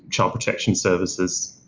child protection services.